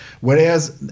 Whereas